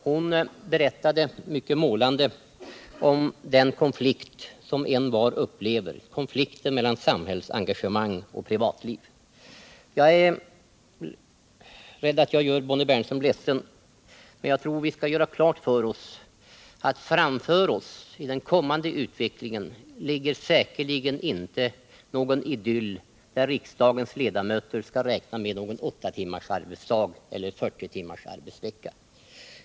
Hon berättade mycket målande om den konflikt som envar upplever —- konflikten mellan samhällsengagemangen och privat liv. Jag är rädd att jag gör Bonnie Bernström ledsen, men jag tror att vi måste inse att framför oss i den kommande utvecklingen det säkerligen inte ligger någon idyll, där riksdagens ledamöter kan räkna med någon åttatimmarsdag och 40 timmars arbetsvecka.